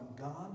God